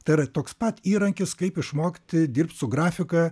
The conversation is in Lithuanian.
tai yra toks pat įrankis kaip išmokti dirbt su grafika